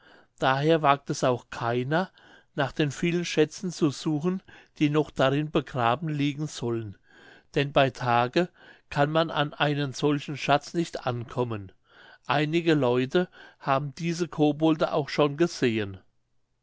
daher wagt es auch keiner nach den vielen schätzen zu suchen die noch darin begraben liegen sollen denn bei tage kann man an einen solchen schatz nicht ankommen einige leute haben diese kobolde auch schon gesehen